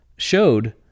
showed